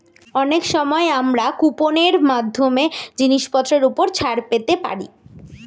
অনেক সময় আমরা কুপন এর মাধ্যমে জিনিসপত্রের উপর ছাড় পেতে পারি